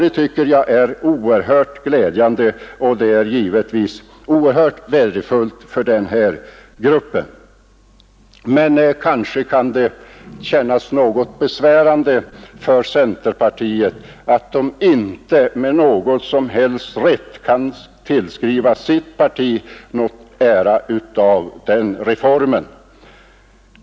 Det tycker jag är mycket tillfredsställande, och det är givetvis också oerhört glädjande för den gruppen av människor. Däremot kanske det känns besvärande och fatalt för centerpartiet att man inte med någon som helst rätt kan tillskriva sitt parti äran av den reformen.